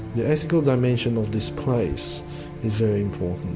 the ethical dimension of this place is very important,